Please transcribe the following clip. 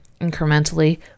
incrementally